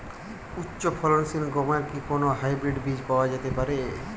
উচ্চ ফলনশীল গমের কি কোন হাইব্রীড বীজ পাওয়া যেতে পারে?